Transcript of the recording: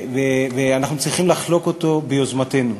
ואנחנו צריכים לחלוק אותו ביוזמתנו.